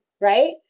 Right